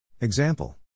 Example